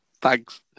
Thanks